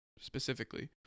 specifically